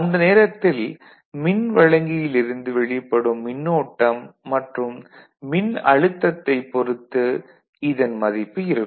அந்த நேரத்தில் மின் வழங்கியிலிருந்து வெளிப்படும் மின்னோட்டம் மற்றும் மின்னழுத்தத்தைப் பொறுத்து இதன் மதிப்பு இருக்கும்